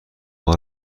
بار